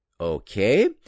Okay